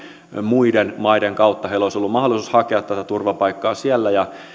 muiden maiden kautta heillä olisi ollut mahdollisuus hakea tätä turvapaikkaa siellä ja